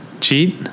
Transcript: cheat